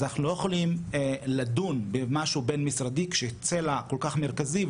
אז אנחנו לא יכולים לדון במשהו בין משרדי כשצלע כל כך מרכזי,